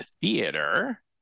theater